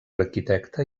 arquitecte